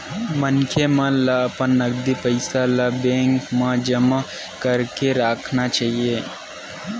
मनखे मन ल अपन नगदी पइया ल बेंक मन म जमा करके राखना चाही